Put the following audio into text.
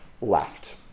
left